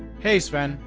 hey sven,